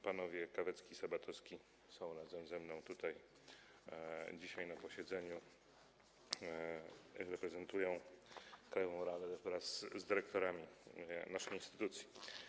Panowie Kawecki i Sabatowski są razem ze mną dzisiaj na posiedzeniu i reprezentują krajową radę wraz z dyrektorami naszej instytucji.